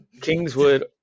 Kingswood